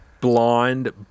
blind